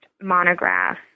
monograph